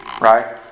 Right